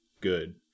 good